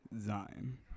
Zion